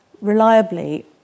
reliably